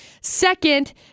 Second